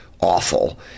awful